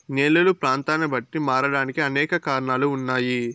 నేలలు ప్రాంతాన్ని బట్టి మారడానికి అనేక కారణాలు ఉన్నాయి